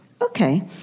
okay